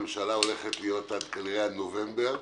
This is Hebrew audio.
הממשלה הולכת להיות כנראה עד נובמבר.